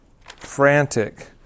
frantic